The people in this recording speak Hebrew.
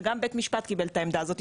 וגם בית משפט קיבל את העמדה הזאת,